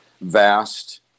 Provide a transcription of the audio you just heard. vast